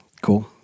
Cool